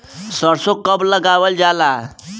सरसो कब लगावल जाला?